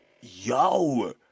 Yo